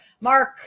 Mark